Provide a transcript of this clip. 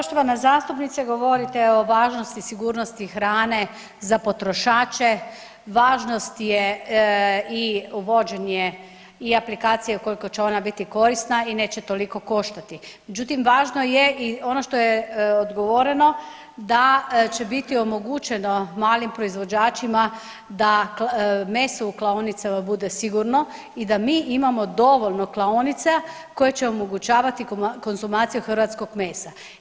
Poštovana zastupnice govorite o važnosti i sigurnosti hrane za potrošače, važnost je i uvođenje i aplikacije ukoliko će ona biti korisna i neće toliko koštati, međutim važno je i ono što je odgovoreno da će biti omogućeno malim proizvođačima da meso u klaonicama bude sigurno i da mi imamo dovoljno klaonica koje će omogućavati konzumaciju hrvatskog mesa.